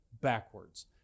backwards